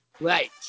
Right